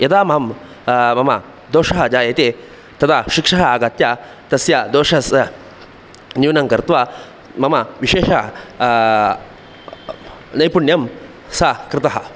यदा मां मम दोषः जायते तदा शिक्षखः आगत्य तस्य दोषस्य न्यूनं कृत्वा मम विशेष नैपुण्यं स कृतः